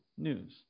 News